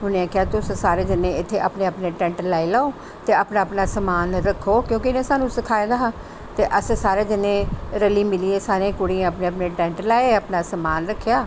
उनें आक्खेआ तुस सारे जने इत्थै अपने अपने टैंट लाई लैओ ते अपना अपना समान लेई रक्खो क्योंकि इनें स्हानू सखाए दा हा ते अश सारे जने रली मिलियै सारे कुड़ियें अपने अपने टैंट लाए अपना समान रक्खेआ